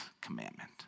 commandment